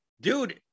dude